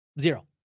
zero